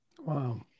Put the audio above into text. Wow